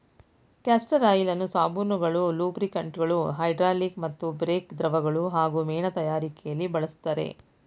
castor ಆಯಿಲನ್ನು ಸಾಬೂನುಗಳು ಲೂಬ್ರಿಕಂಟ್ಗಳು ಹೈಡ್ರಾಲಿಕ್ ಮತ್ತು ಬ್ರೇಕ್ ದ್ರವಗಳು ಹಾಗೂ ಮೇಣ ತಯಾರಿಕೆಲಿ ಬಳಸ್ತರೆ